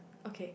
okay